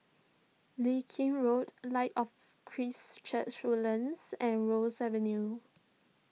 Leng Kee Road Light of Christ Church Woodlands and Ross Avenue